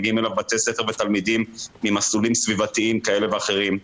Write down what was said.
מגיעים אליו בתי ספר ותלמידים ממסלולים סביבתיים כאלה ואחרים,